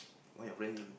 why your friend gym